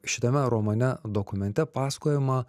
šitame romane dokumente pasakojama